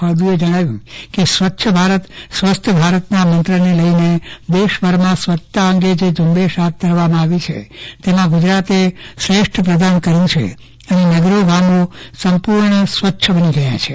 ફળદ્દએ જણાવ્યું કે સ્વચ્છ ભારત સ્વસ્થ ભારત ના મંત્રને લઇને દેશભરમાં સ્વચ્છતા અંગે જે ઝૂંબેશ હાથ ધરી છે તેમાં ગુજરાતે શ્રેષ્ઠ પ્રદાન કર્યુ છે અને નગરો ગામો સંપૂર્ણ સ્વચ્છ બની ગયા છે